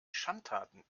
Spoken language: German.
schandtaten